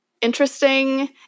interesting